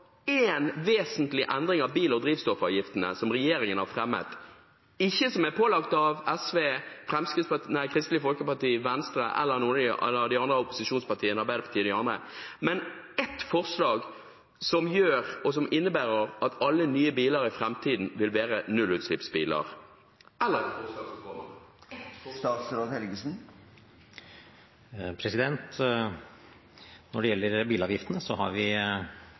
vesentlig endring av bil- og drivstoffavgiftene som regjeringen har fremmet – ikke som er pålagt av SV, Kristelig Folkeparti, Venstre eller noen av de andre opposisjonspartiene, Arbeiderpartiet og de andre – ett forslag som innebærer at alle nye biler i framtiden vil være nullutslippsbiler, eller et forslag som kommer? Ett forslag! Når det gjelder bilavgiftene, har vi en enighet mellom samarbeidspartiene om innretningen av dem, og vi